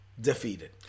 defeated